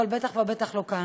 אבל בטח ובטח לא כאן.